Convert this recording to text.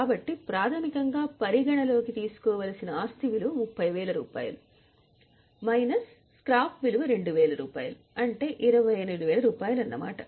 కాబట్టి ప్రాథమికంగా పరిగణనలోకి తీసుకోవలసిన ఆస్తి విలువ 30000 మైనస్ స్క్రాప్ విలువ 2000 అంటే 28000 అన్నమాట